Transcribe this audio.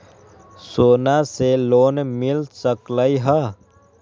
सोना से लोन मिल सकलई ह?